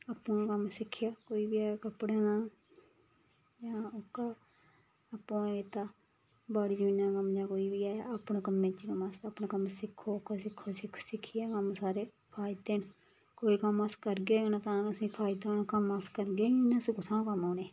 आपूं गै कम्म सिक्खेआ कोई बी ऐ कपडें दा जां ओह्का भाएं एह्का बाड़ी जमीनें दा जां कोई बी ऐ अपना कम्मै च गै मस्त अपना कम्म सिक्खो औक्खा सौक्खा सिक्खो सिक्खियै गै ऐ सारें फायदे न कोई कम्म अस करगे गै नां तां असें फायदा होना कम्म अस करगे नी ते असें कुत्थां कम्म औने